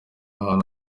ahantu